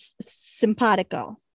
simpatico